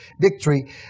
victory